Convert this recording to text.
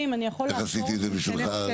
איך עשיתי את זה בשבילך?